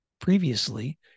previously